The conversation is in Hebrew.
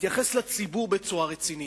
יתייחס לציבור בצורה רצינית.